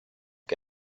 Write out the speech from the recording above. che